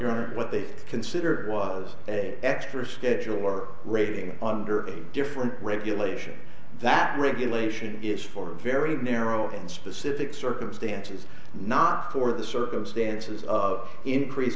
aren't what they considered was a extra scheduler rating under a different regulation that regulation is for a very narrow and specific circumstances not for the circumstances of increase